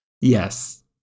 Yes